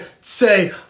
say